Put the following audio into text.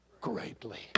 greatly